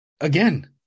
again